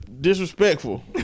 disrespectful